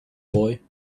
boy